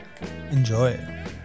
Enjoy